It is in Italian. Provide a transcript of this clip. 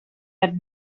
hard